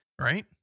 Right